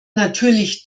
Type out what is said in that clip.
natürlich